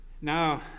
Now